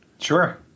sure